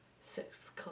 sixth